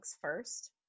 first